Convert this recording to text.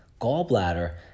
gallbladder